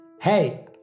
Hey